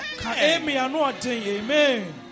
Amen